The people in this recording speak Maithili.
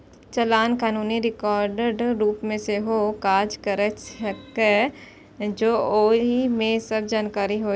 चालान कानूनी रिकॉर्डक रूप मे सेहो काज कैर सकै छै, जौं ओइ मे सब जानकारी होय